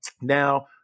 Now